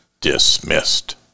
dismissed